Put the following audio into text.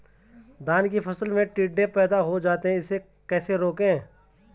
धान की फसल में टिड्डे पैदा हो जाते हैं इसे कैसे रोकें?